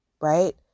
right